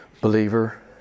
Believer